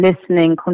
listening